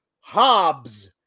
Hobbs